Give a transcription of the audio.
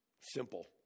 Simple